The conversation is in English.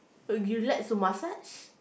y~ you like to massage